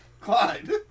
Clyde